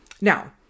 Now